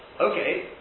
okay